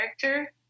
character